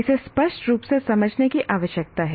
इसे स्पष्ट रूप से समझने की आवश्यकता है